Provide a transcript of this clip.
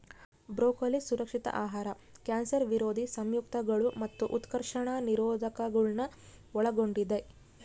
broccoli ಸುರಕ್ಷಿತ ಆಹಾರ cancer ವಿರೋಧಿ ಸಂಯುಕ್ತಗಳು ಮತ್ತು ಉತ್ಕರ್ಷಣ ನಿರೋಧಕಗುಳ್ನ ಒಳಗೊಂಡಿದ